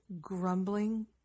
grumbling